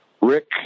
Rick